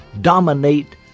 dominate